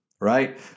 Right